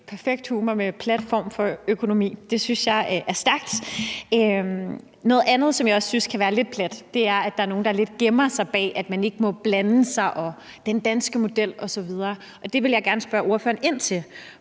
perfekt humor og »en plat form for økonomi«. Det synes jeg er stærkt. Noget andet, som jeg også synes kan være lidt plat, er, at der er nogle, der gemmer sig bag, at man ikke må blande sig, og den danske model osv. Det vil jeg gerne spørge ordføreren ind til.